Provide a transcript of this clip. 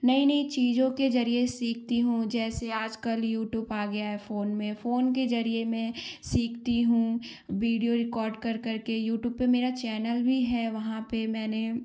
नई नई चीजों के जरिये सिखती हूँ जैसे आजकल यूटूप आ गया है फ़ोन में फ़ोन के जरिये मैं सीखती हूँ वीडियो रिकॉर्ड कर करके यूटूब पर मेरा चैनल भी है वहाँ पर मैंने